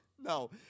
No